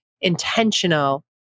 intentional